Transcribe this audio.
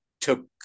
took